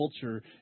culture